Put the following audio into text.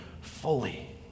fully